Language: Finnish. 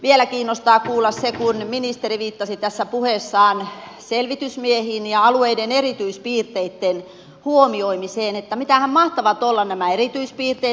vielä kiinnostaa kuulla se kun ministeri viittasi tässä puheessaan selvitysmiehiin ja alueiden erityispiirteitten huomioimiseen mitähän mahtavat olla nämä erityispiirteet